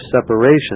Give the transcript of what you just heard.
separation